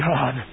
God